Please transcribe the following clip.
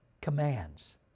commands